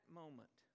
moment